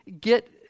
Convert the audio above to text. get